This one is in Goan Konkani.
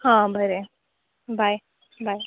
हां बरें बाय बाय